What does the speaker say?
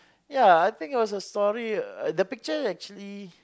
ya I think it was a story uh the picture actually